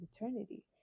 eternity